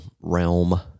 realm